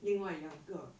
另外两个